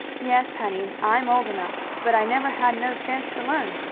yes, honey, i'm old enough, but i never had no chance to learn.